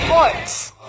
Sports